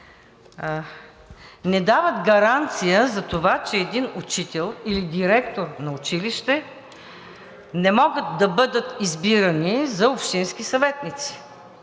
не дават гаранция за това, че един учител или директор на училище не могат да бъдат избирани за общински съветници.